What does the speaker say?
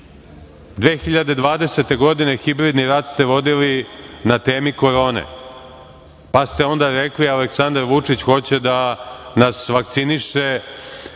2020. godine ste vodili na temi korone, pa ste onda rekli Aleksandar Vučić hoće da nas vakciniše